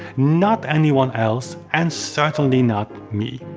not anyone else and certainly not me.